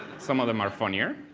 some of them are funnier,